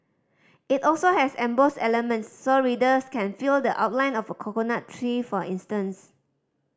it also has embossed elements so readers can feel the outline of a coconut tree for instance